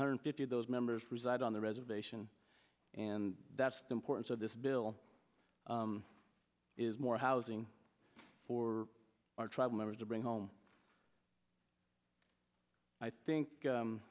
hundred fifty of those members reside on the reservation and that's the importance of this bill is more housing for our tribe members to bring home i think